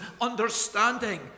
understanding